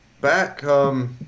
back –